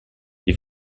les